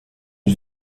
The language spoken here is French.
une